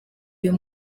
uyu